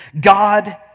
God